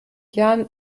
jahren